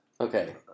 Okay